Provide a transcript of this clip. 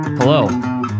Hello